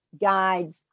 guides